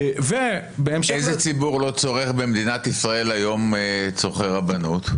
איזה ציבור לא צורך במדינת ישראל היום צורכי רבנות?